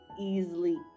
easily